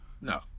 No